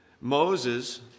Moses